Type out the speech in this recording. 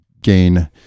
gain